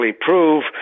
prove